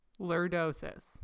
Lurdosis